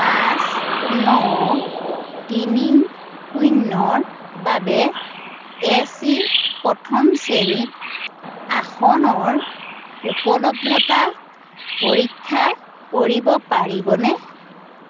পাঁচ ন তিনি শূন্যৰ বাবে এ চি প্ৰথম শ্ৰেণীত আসনৰ উপলব্ধতা পৰীক্ষা কৰিব পাৰিবনে